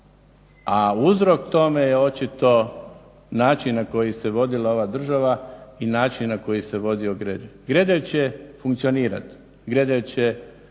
a uzrok tome je očito način na koji se vodila ova država i način na koji se vodio Gredelj. Gredelj će funkcionirati, Gredelj će